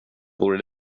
vore